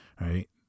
right